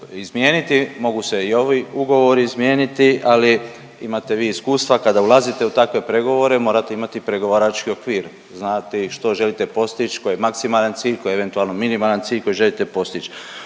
izmijeniti, mogu se i ovi ugovori izmijeniti, ali imate vi iskustva, kada ulazite u takve pregovore morate imati pregovarački okvir, znati što želite postić, koji je maksimalan cilj, koji je eventualno minimalan cilj koji želite postić.